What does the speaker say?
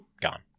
gone